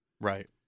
right